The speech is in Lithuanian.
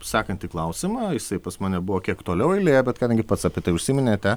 sekantį klausimą jisai pas mane buvo kiek toliau eilėje bet kadangi pats apie tai užsiminėte